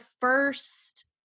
first